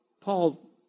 Paul